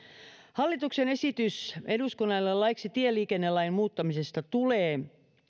hallituksen esitys eduskunnalle laiksi tieliikennelain muuttamisesta tulee